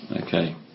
Okay